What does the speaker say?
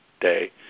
day